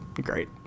Great